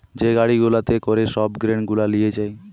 যে গাড়ি গুলাতে করে সব গ্রেন গুলা লিয়ে যায়